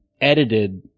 edited